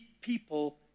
people